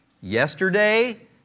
yesterday